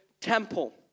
temple